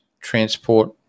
transport